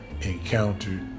encountered